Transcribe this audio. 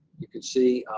you can see.